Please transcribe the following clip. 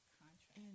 contract